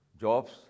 jobs